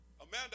Amanda